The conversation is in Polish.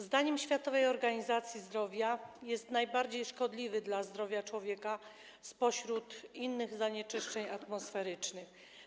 Zdaniem Światowej Organizacji Zdrowia jest on najbardziej szkodliwy dla zdrowia człowieka spośród innych zanieczyszczeń atmosferycznych.